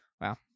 wow